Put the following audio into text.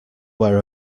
wear